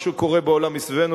מה שקורה בעולם סביבנו,